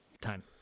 time